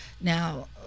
Now